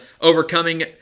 overcoming